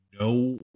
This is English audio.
no